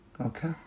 okay